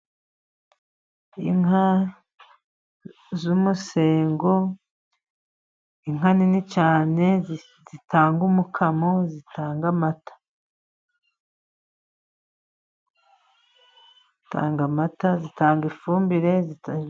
Inka z'umusengo, inka nini cyane zitanga umukamo, zitanga amata, zitanga ifumbire.